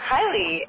Kylie